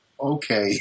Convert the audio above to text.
okay